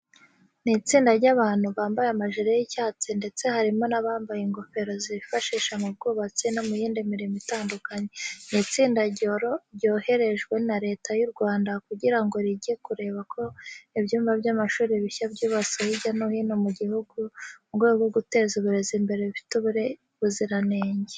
Ni itsinda ry'abantu bambaye amajire y'icyatsi ndetse harimo n'abambaye ingofero zifashishwa mu bwubatsi no mu yindi mirimo itandukanye. Ni itsinda ryoherejwe na Leta y'u Rwanda kugira ngo rijye kureba ko ibyumba by'amashuri bishya byubatswe hirya no hino mu gihugu mu rwego rwo guteza uburezi imbere bifite ubuziranenge.